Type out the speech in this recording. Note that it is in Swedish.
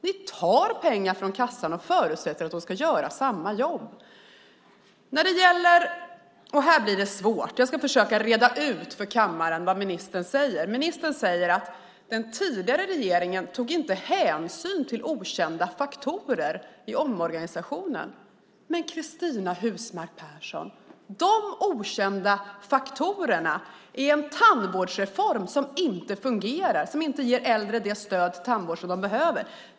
Ni tar pengar från Försäkringskassan och förutsätter att den ska göra samma jobb. Här blir det svårt. Jag ska försöka reda ut för kammaren vad ministern säger. Ministern säger att den tidigare regeringen inte tog hänsyn till okända faktorer i omorganisationen. Men, Cristina Husmark Pehrsson, vilka är de okända faktorerna? Det är en tandvårdsreform som inte fungerar och ger äldre det stöd till den tandvård som de behöver.